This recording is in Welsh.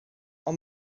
ond